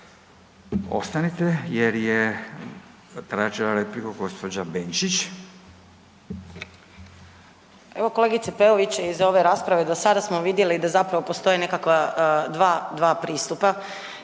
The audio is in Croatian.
Ostanite jer je tražila repliku gđa. Benčić. **Benčić, Sandra (Možemo!)** Evo kolegice Peović, iza ove rasprave do sada smo vidjeli da zapravo postoje nekakva dva pristupa.